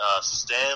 Stan